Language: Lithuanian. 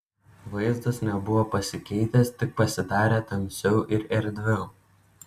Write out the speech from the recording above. vaizdas nebuvo pasikeitęs tik pasidarė tamsiau ir erdviau